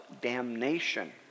damnation